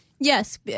Yes